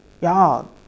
Y'all